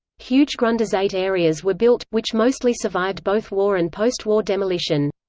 huge grunderzeit areas were built, which mostly survived both war and post-war demolition.